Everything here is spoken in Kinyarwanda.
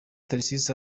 tharcisse